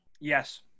Yes